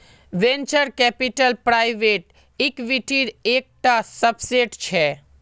venture capital private इक्विटीर एक टा सबसेट छे